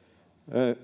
ollut